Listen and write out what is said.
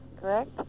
correct